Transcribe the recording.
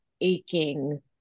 aching